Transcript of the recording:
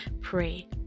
pray